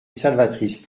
salvatrice